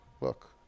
look